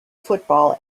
football